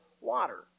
water